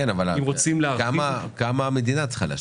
כמה המדינה צריכה להשקיע?